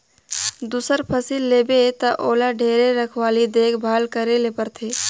दूसर फसिल लेबे त ओला ढेरे रखवाली देख भाल करे ले परथे